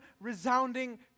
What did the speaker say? resounding